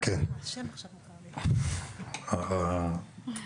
כפי שבלה אמרה,